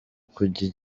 kujya